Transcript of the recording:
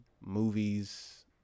movies